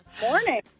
morning